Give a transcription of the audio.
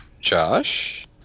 Josh